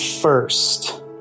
first